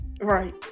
Right